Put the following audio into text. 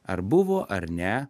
ar buvo ar ne